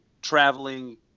traveling